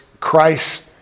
Christ